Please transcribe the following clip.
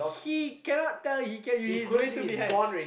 he cannot tell he can he's way too behind